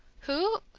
who?